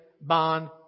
bond